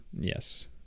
Yes